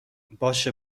باشه